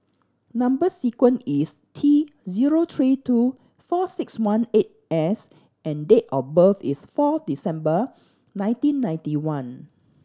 number sequence is T zero three two four six one eight S and date of birth is four December nineteen ninety one